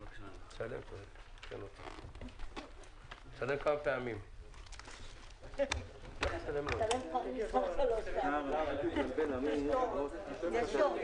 09:47.